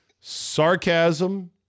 sarcasm